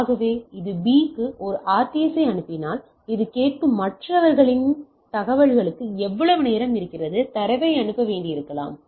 ஆகவே இது B க்கு ஒரு RTS ஐ அனுப்பினால் இது கேட்கும் மற்ற நிலையங்கள்தான் காத்திருக்கும் அங்கே NAV ஐ அமைக்கும் மேலும் இது RTS இல் அவர்களின் தகவல்களுக்கு எவ்வளவு நேரம் இருக்கிறது தரவை அனுப்ப வேண்டியிருக்கலாம்